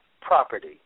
property